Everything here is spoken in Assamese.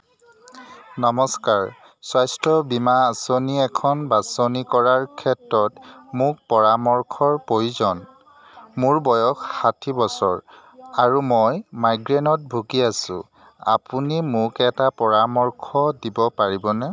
নমস্কাৰ স্বাস্থ্য বীমা আঁচনি এখন বাছনি কৰাৰ ক্ষেত্ৰত মোক পৰামৰ্শৰ প্ৰয়োজন মোৰ বয়স ষাঠি বছৰ আৰু মই মাইগ্ৰেনত ভুগি আছোঁ আপুনি মোক এটা পৰামৰ্শ দিব পাৰিবনে